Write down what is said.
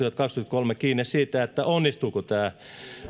kaksituhattakaksikymmentäkolme kiinni siitä onnistuuko tämä